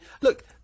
look